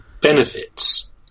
benefits